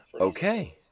Okay